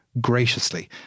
graciously